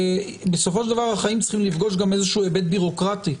בסופו של דבר החיים צריכים לפגוש גם איזשהו היבט בירוקרטי.